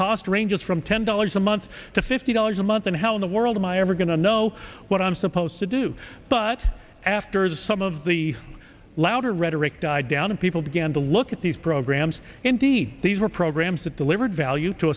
cost ranges from ten dollars a month to fifty dollars a month and how in the world am i ever going to know what i'm supposed to do but after some of the louder rhetoric died down and people began to look at these programs indeed these were programs that delivered value to